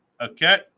Okay